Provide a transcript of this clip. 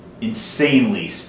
insanely